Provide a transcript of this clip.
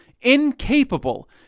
incapable